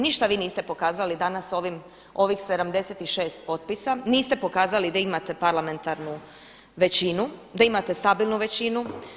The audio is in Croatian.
Ništa vi niste pokazali danas s ovih 76 potpisa, niste pokazali da imate parlamentarnu većinu, da imate stabilnu većinu.